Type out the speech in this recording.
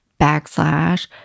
backslash